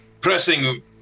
pressing